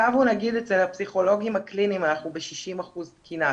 אצל הפסיכולוגים הקליניים אנחנו ב-60% תקינה.